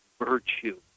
virtue